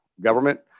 government